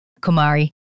Kumari